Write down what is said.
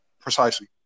Precisely